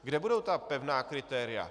Kde budou ta pevná kritéria?